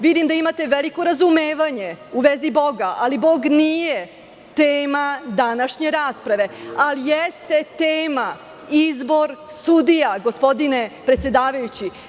Vidim da imate veliko razumevanje u vezi Boga, ali Bog nije tema današnje rasprave, ali jeste tema izbor sudija, gospodine predsedavajući.